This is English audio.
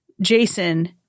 Jason